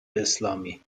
اسلامی